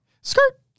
Skirt